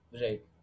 Right